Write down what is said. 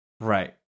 Right